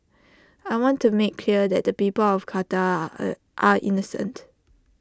I want to make clear that the people of Qatar are innocent